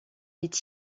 est